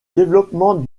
développement